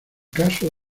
caso